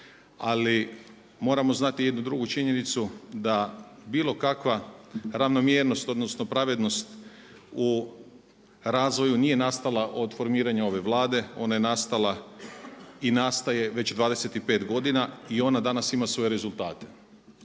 Ali moramo znati i jednu drugu činjenicu da bilo kakva ravnomjernost, odnosno pravednost u razvoju nije nastala od formiranja ove Vlade. Ona je nastala i nastaje već 25 godina i ona danas ima svoje rezultate.